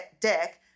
dick